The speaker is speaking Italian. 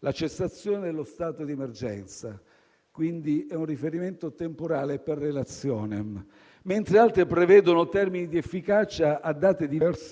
la cessazione dello stato di emergenza - si tratta, quindi, di un riferimento temporale *per relationem* - mentre altre prevedono termini di efficacia a date diverse,